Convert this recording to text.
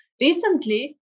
recently